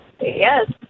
Yes